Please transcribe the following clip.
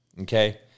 okay